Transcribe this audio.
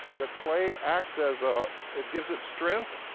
the clay acts as a it gives it strength,